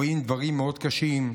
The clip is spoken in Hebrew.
רואים דברים מאוד קשים,